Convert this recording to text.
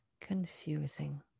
confusing